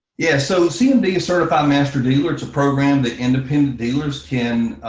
yeah, so cmd a a certified master dealer, it's a program that independent dealers can,